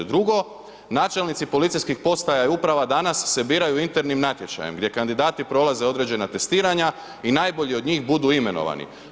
Drugo, načelnici policijskih postaja i uprava danas se biraju internim natječajem gdje kandidati prolaze određena testiranja i najbolji od njih budu imenovani.